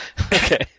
okay